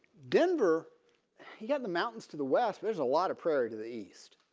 denver you got the mountains to the west. there's a lot of prairie to the east.